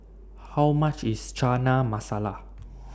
How much IS Chana Masala